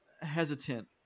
hesitant